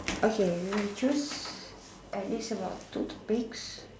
okay we will choose at least about two topics